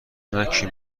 نکشین